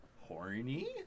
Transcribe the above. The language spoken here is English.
horny